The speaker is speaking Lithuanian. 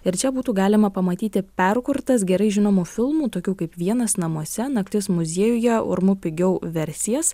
ir čia būtų galima pamatyti perkurtas gerai žinomų filmų tokių kaip vienas namuose naktis muziejuje urmu pigiau versijas